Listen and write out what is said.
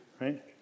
right